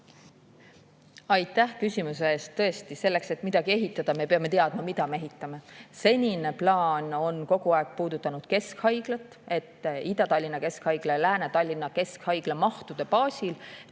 Aitäh küsimuse eest! Tõesti, selleks, et midagi ehitada, me peame teadma, mida me ehitame. Senine plaan on kogu aeg puudutanud keskhaiglat, olnud Ida-Tallinna Keskhaigla ja Lääne-Tallinna Keskhaigla mahtude baasil.